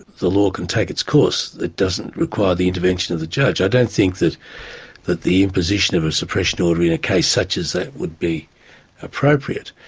the law can take its course, it doesn't require the intervention of the judge. i don't think that that the imposition of a suppression order in a case such as that would be appropriate.